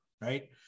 right